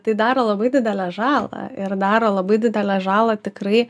tai daro labai didelę žalą ir daro labai didelę žalą tikrai